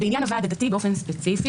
בעניין הוועד הדתי באופן ספציפי,